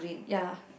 ya